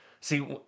See